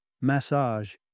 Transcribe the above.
massage